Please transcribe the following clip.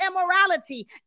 immorality